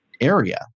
area